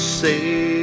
say